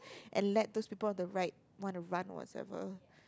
and let those people on the right want to run whatsoever